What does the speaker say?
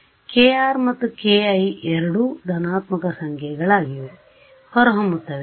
kr ಮತ್ತು ki ಎರಡೂ ಧನಾತ್ಮಕ ಸಂಖ್ಯೆಗಳಾಗಿ ಹೊರಹೊಮ್ಮುತ್ತವೆ